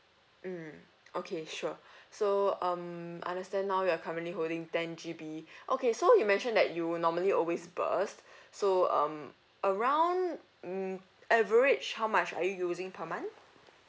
mm okay sure so um understand now you are currently holding ten G_B okay so you mention that you would normally always burst so um around mm average how much are you using per month